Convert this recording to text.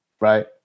Right